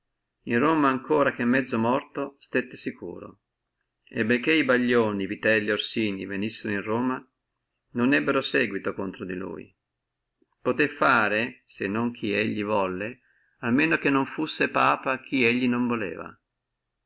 in roma ancora che mezzo vivo stette sicuro e benché ballioni vitelli et orsini venissino in roma non ebbono séguito contro di lui possé fare se non chi e volle papa almeno che non fussi chi non voleva